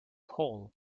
hall